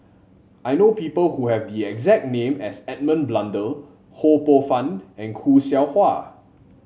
I know people who have the exact name as Edmund Blundell Ho Poh Fun and Khoo Seow Hwa